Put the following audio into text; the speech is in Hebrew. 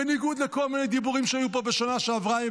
בניגוד לכל מיני דיבורים שהיו כאן בשנה שעברה,